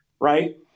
right